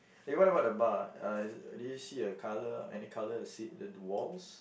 eh what about the bar uh did you see a color any color the seats at the walls